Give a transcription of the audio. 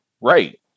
right